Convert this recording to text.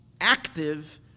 active